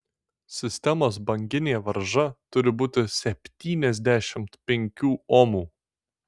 sistemos banginė varža turi būti septyniasdešimt penkių omų